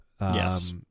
Yes